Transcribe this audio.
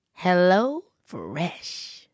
HelloFresh